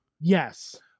Yes